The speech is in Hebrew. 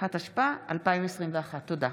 התשפ"א 2021. תודה.